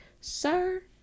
Sir